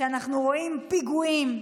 כשאנחנו רואים פיגועים,